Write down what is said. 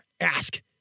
Ask